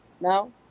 now